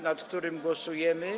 nad którym głosujemy.